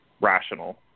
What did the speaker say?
rational